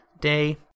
Day